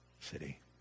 city